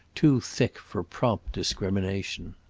too thick for prompt discrimination.